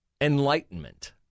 enlightenment